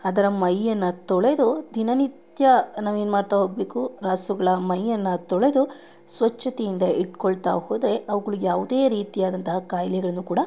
ಅದರ ಮೈಯ್ಯನ್ನು ತೊಳೆದು ದಿನ ನಿತ್ಯ ನಾವೇನು ಮಾಡ್ತಾ ಹೋಗಬೇಕು ರಾಸುಗಳ ಮೈಯ್ಯನ್ನು ತೊಳೆದು ಸ್ವಚ್ಛತೆಯಿಂದ ಇಟ್ಕೊಳ್ತಾ ಹೋದರೆ ಅವುಗಳಿಗೆ ಯಾವುದೇ ರೀತಿಯಾದಂತಹ ಖಾಯಿಲೆಗಳನ್ನು ಕೂಡ